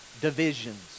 divisions